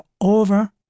over